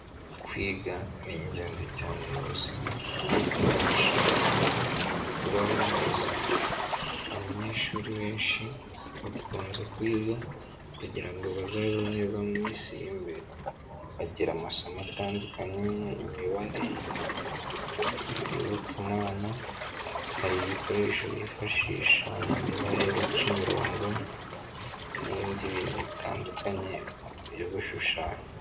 Kwiga ni ingenzi cyane mu buzima kuko bifasha abantu kubaho neza. Abanyeshuri benshi bakunze kwiga kugirango bazabeho neza mu minsi iri Imbere. Bagira amasomo atandukanye imibare, iyobokamana hari n'ibikoresho bifashisha mu mibare baca imirongo n'ibindi bintu bitandukanye byo gushushanya.